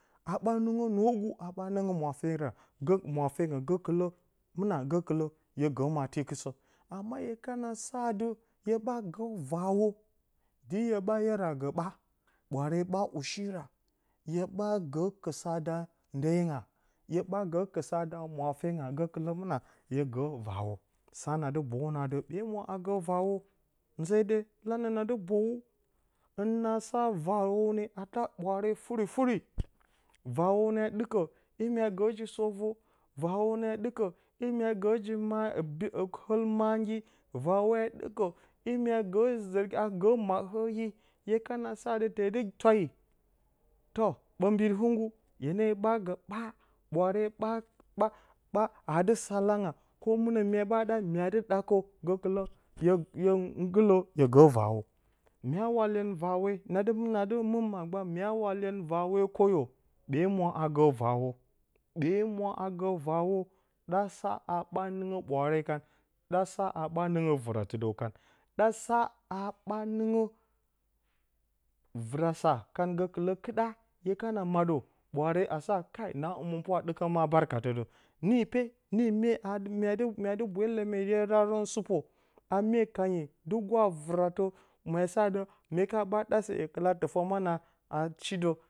Haa ɓaa nɨngə nwogu, haa ɓaa nɨngə mwafenga, gəkɨlə mɨna, gəkɨlə hye gə maa tikɨsə, amma hye kana sa adɨ, hya gə vaawo di hye ɓaa, 'yerə a gə ɓaa, ɓwaare ɓaa ushira. Hye ɓaa gə kɨsa da ndy eyinga, hye ɓaa gə kɨsa da mwafenga, gəkɨlə mɨna hye gə vaawo. sa nadɨ boyu nə adɨ ɓee mwa a gə vaawo, nze de lanə, na dɨ boyu, hɨn na sa vaawuu ne a ɗa ɓwaare furi furi. Vaawuu ne a ɗɨkə imi a gə ji-sop vwo vawuu ne a ɗɨkə imi a gəji-maa, jiɨl maandɨ, vaawe a ɗɨkə imi a gə zəər, a gə mahorhi, hye kana sa adɨ, hye e te dɨ twayi toh ɓə bɨɗɨ hɨngu, hyene ɓaa gə ɓaa ɓwaare ɓaa, ɓaa, adɨ salə nga koh mɨnə mye ɓaa ɗaa mya a adɨ, ɗakəwi. Gəkɨlə hye nggɨlə, hye gə vaawo mya wa iyen vaawo na dɨ mɨnə mɨ magba, mya wa iyen vaawe kwoyo ɓee mwa a gə vaawo, ɓee mwa a gə vawo, ɗa sa ha ɓaa nɨngə ɓwaare kan la sa ha ɓaa nɨngə vɨratɨ dəw kan ɗa sa ha ɓaa nɨngə vɨrasa, kan də gə kɨ lə kɨ ɗa, hye kana maaɗə ɓwaare a sa kai na həmɨnpwa a dɨkə ma barka ni pe nii mye, a adɨ mya dɨ bwe ləməgye daarə sɨpo, a mye kanyi, dɨ gwaa vɨrə, mya sa adɨ mye ka ɓaa ɗase, hye kɨlə a tɨfə manə a shi də.